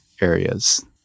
areas